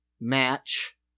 match